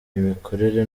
imikorere